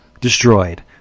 destroyed